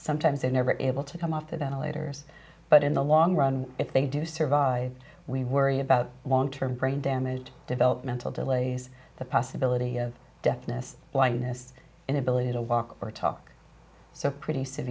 sometimes they're never able to come off the ventilator but in the long run if they do survive we worry about long term brain damaged developmental delays the possibility of deafness blindness inability to walk or talk so pretty s